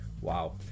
Wow